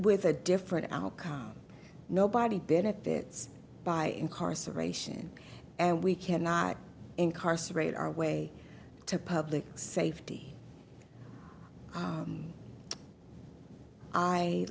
with a different outcome nobody benefits by incarceration and we cannot incarcerate our way to public safety